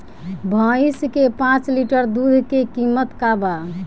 भईस के पांच लीटर दुध के कीमत का बा?